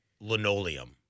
linoleum